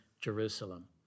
Jerusalem